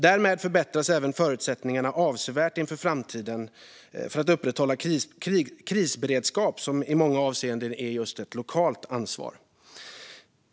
Därmed förbättras även förutsättningarna avsevärt att inför framtiden upprätthålla krisberedskap, vilket i många avseenden är just ett lokalt ansvar.